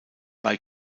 bei